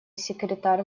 секретарь